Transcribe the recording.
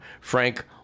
Frank